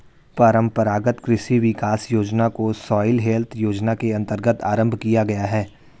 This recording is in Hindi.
परंपरागत कृषि विकास योजना को सॉइल हेल्थ योजना के अंतर्गत आरंभ किया गया है